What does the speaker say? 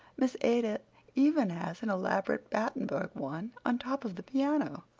miss ada even has an elaborate battenburg one on top of the piano.